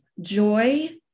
joy